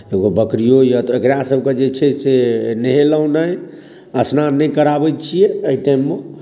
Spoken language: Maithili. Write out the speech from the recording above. एगो बकरिओ यए तऽ एकरासभकेँ जे छै से नहेलहुँ नहि स्नान नहि कराबै छियै एहि टाइममे